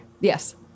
Yes